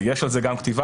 יש על זה גם כתיבה,